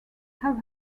have